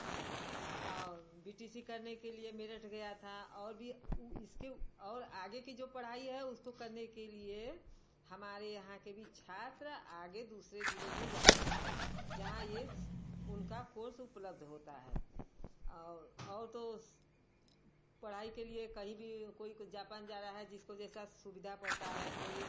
B T C करने के लिए मेरठ गया था और भी इसके और आगे की जो पढ़ाई है उसको करने के लिए हमारे यहाँ के भी छात्र आगे दूसरे जिले को जाते हैं जहाँ यह उनका कोर्स उपलब्ध होता है और तो पढ़ाई के लिए कहीं भी कोई जापान जा रहा है जिसको जैसा सुविधा पड़ता है कोई